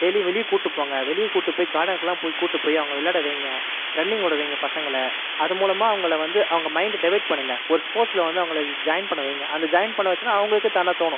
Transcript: டெய்லியும் வெளியே கூட்டிகிட்டு போங்கள் வெளியே கூட்டிகிட்டு போய் கார்டனுக்கெல்லாம் போய் கூட்டிகிட்டு போய் அவங்களை விளையாட வைங்க ரன்னிங் ஓட வைங்க பசங்களை அது மூலமாக அவங்களை வந்து அவங்கள் மைண்டை டைவெர்ட் பண்ணுங்கள் ஒரு ஸ்போர்ட்ஸ்சில் வந்து அவங்களை ஜாயின் பண்ண வைங்கள் அந்த ஜாயின் பண்ண வைச்சோன்ன அவர்களுக்கே தானாக தோணும்